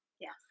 Yes